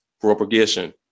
Propagation